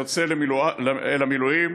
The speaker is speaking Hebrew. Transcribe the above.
יוצא למילואים,